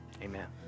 amen